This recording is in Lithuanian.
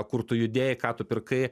kur tu judėjai ką tu pirkai